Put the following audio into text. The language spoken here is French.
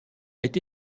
été